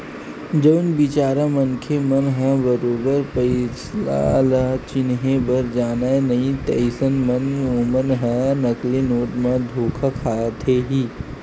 जउन बिचारा मनखे मन ह बरोबर पइसा ल चिनहे बर जानय नइ अइसन म ओमन ह नकली नोट म धोखा खाथे ही